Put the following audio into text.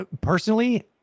personally